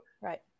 Right